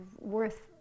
worth